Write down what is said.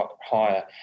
higher